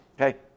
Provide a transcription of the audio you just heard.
okay